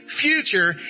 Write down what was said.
future